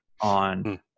on